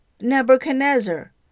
Nebuchadnezzar